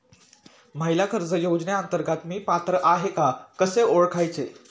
महिला कर्ज योजनेअंतर्गत मी पात्र आहे का कसे ओळखायचे?